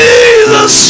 Jesus